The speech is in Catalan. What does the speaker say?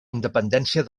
independència